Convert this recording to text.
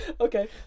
Okay